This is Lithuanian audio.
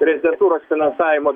rezidentūros finansavimo